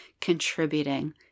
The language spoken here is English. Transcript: contributing